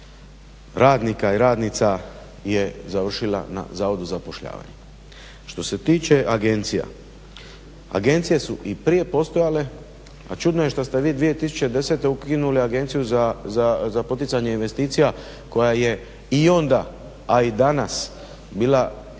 radnika i radnica je završila na zavodu za zapošljavanje. Što se tiče agencija, agencije su i prije postojale, pa čudno je što ste vi 2010. ukinuli Agenciju za poticanje investicija koja je i onda, a i danas bila, i